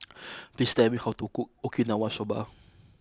please tell me how to cook Okinawa Soba